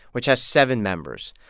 which has seven members.